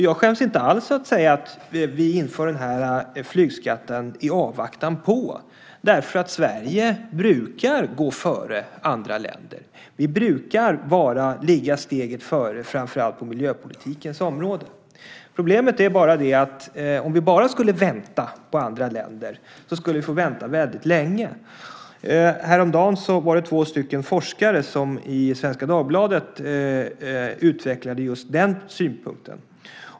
Jag skäms inte alls att säga att vi inför den här flygskatten "i avvaktan på" därför att Sverige brukar gå före andra länder. Vi brukar ligga steget före framför allt på miljöpolitikens område. Problemet är bara att om vi bara skulle vänta på andra länder, skulle vi få vänta väldigt länge. Häromdagen var det två forskare som i Svenska Dagbladet utvecklade just den synpunkten.